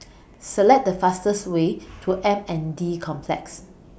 Select The fastest Way to M N D Complex